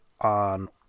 on